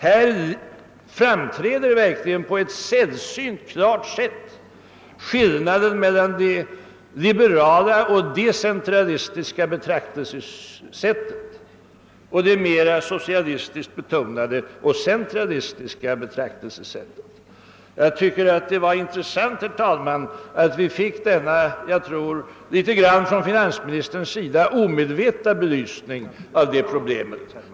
Här framträder verkligen på ett sällsynt klart sätt skillnaden mellan det liberala och decentralistiska betraktelsesättet och det mera socialistiskt betonade och centralistiska betraktelsesättet. Jag tycker det var intressant, herr talman, att vi fick denna, som jag tror från finansministerns sida omedvetna, belysning av det problemet.